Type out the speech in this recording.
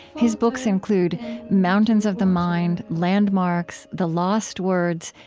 his books include mountains of the mind, landmarks, the lost words,